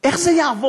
איך זה יעבוד?